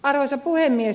arvoisa puhemies